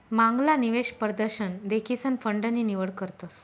मांगला निवेश परदशन देखीसन फंड नी निवड करतस